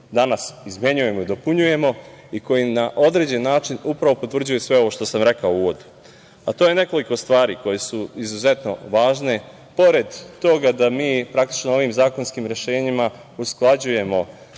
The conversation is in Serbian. danas izmenjujemo i dopunjujemo i koji na određen način upravo potvrđuje sve ovo što sam rekao u uvodu, a to je nekoliko stvari koje su izuzetno važne. Pored toga da mi praktično ovim zakonskim rešenjima usklađujemo